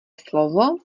slovo